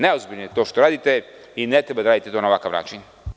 Neozbiljno je to što radite i ne treba da radite na ovakav način.